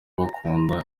bankunda